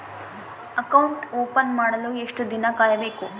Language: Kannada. ಅಕೌಂಟ್ ಓಪನ್ ಮಾಡಲು ಎಷ್ಟು ದಿನ ಕಾಯಬೇಕು?